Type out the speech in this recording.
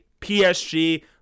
PSG